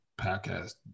podcast